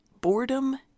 boredom